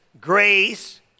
grace